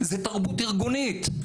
זאת תרבות ארגונית.